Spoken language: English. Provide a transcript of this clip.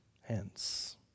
hence